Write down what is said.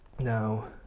Now